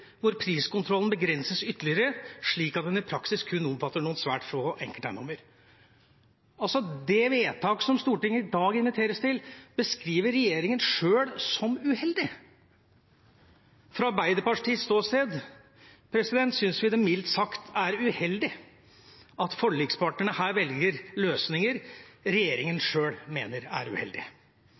hvor priskontrollen begrenses ytterligere slik at den i praksis kun omfatter noen svært få enkelteiendommer.» Det vedtak som Stortinget i dag inviteres til, beskriver regjeringen sjøl som uheldig. Fra Arbeiderpartiets ståsted syns vi det mildt sagt er uheldig at forlikspartnerne velger løsninger regjeringen sjøl mener er